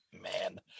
Man